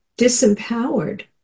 disempowered